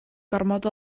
gormod